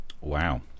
wow